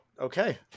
okay